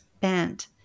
bent